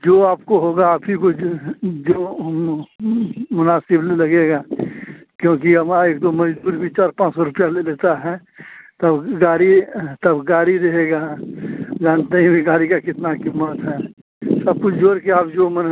जो आपको होगा आप ही को जो मुनासिब लगेगा क्योंकि हमसे तो मजदूर भी चार पाँच सौ रुपया ले लेता है तब गाड़ी तब गाड़ी रहेगी जानते हैं कि गाड़ी की कितनी कीमत है सब कुछ जोड़कर आप जो माने